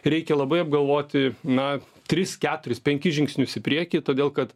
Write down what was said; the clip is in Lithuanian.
reikia labai apgalvoti na tris keturis penkis žingsnius į priekį todėl kad